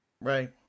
Right